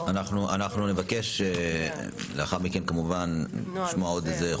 תשלחו --- אנחנו נבקש לשמוע על זה בעוד חודשיים-שלושה,